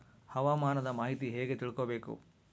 ಹವಾಮಾನದ ಮಾಹಿತಿ ಹೇಗೆ ತಿಳಕೊಬೇಕು?